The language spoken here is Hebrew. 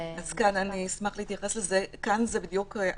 כאן זה בדיוק הפוך.